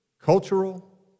cultural